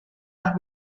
las